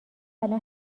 الان